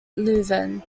leuven